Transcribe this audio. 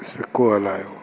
सिको हलायो